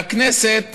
והכנסת